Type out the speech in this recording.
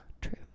true